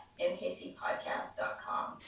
mkcpodcast.com